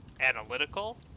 analytical